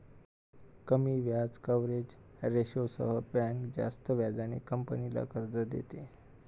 कमी व्याज कव्हरेज रेशोसह बँक जास्त व्याजाने कंपनीला कर्ज देते